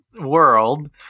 world